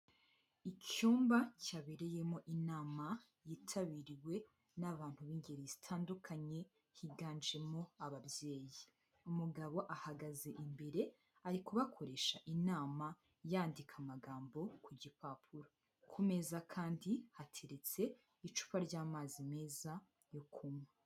Icyumba cyabereyemo inama yitabiriwe n'abantu b'ingeri zitandukanye higanjemo ababyeyi. Umugabo ahagaze imbere ari kukoresha inama, yandika amagambo ku gipapuro. Ku meza kandi hateretse icupa ry'amazi meza yo kunywa.